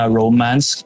romance